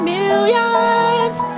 Millions